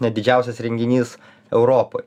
ne didžiausias renginys europoj